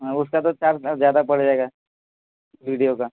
ہاں اس کا تو چارج زیادہ پڑ جائے گا ویڈیو کا